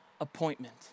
appointment